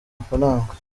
mafaranga